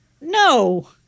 No